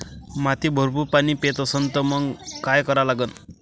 माती भरपूर पाणी पेत असन तर मंग काय करा लागन?